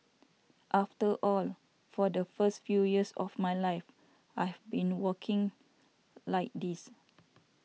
after all for the first few years of my life I have been walking like this